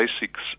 basics